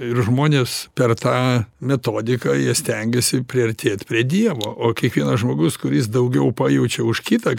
ir žmonės per tą metodiką jie stengiasi priartėt prie dievo o kiekvienas žmogus kuris daugiau pajaučia už kitą